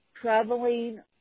traveling